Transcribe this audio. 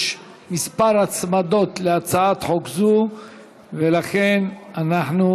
יש כמה הצעות הצמודות להצעת חוק זו ולכן אנחנו